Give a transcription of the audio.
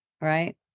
Right